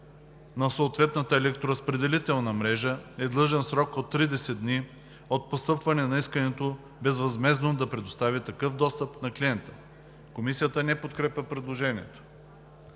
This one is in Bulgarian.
на съответната електроразпределителна мрежа е длъжен в срок до 30 дни от постъпване на искането безвъзмездно да предостави такъв достъп на клиента.“ Комисията не подкрепя предложението.